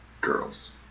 Girls